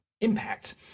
impact